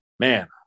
man